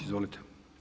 Izvolite.